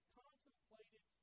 contemplated